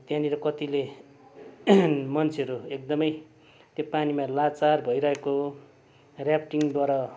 अब त्यहाँनिर कतिले मान्छेहरू एकदमै त्यो पानीमा लाचार भइरहेको ऱ्याफ्टिङबाट